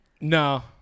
No